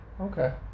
Okay